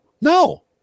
no